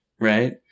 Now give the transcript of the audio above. right